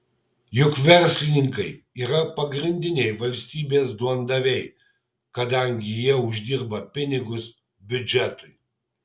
juk verslininkai yra pagrindiniai valstybės duondaviai kadangi jie uždirba pinigus biudžetui